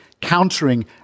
countering